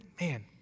Man